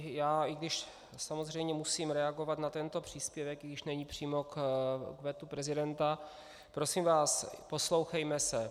Já, i když samozřejmě musím reagovat na tento příspěvek, i když není přímo k vetu prezidenta, prosím vás, poslouchejme se.